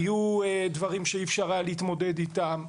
היו דברים שאי אפשר היה להתמודד איתם.